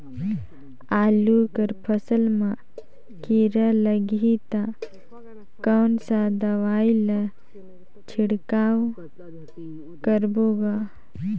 आलू कर फसल मा कीरा लगही ता कौन सा दवाई ला छिड़काव करबो गा?